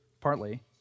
partly